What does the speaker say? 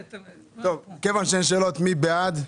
מי נגד?